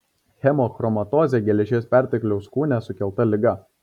hemochromatozė geležies pertekliaus kūne sukelta liga